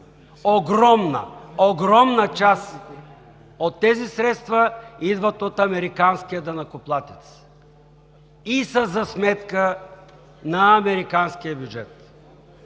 Огромна, огромна част от тези средства идват от американския данъкоплатец и са за сметка на американския бюджет.